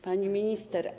Pani Minister!